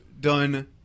done